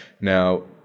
Now